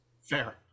Fair